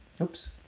oops